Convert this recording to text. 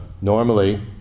Normally